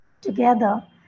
Together